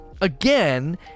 Again